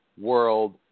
world